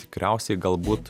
tikriausiai galbūt